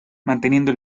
manteniendo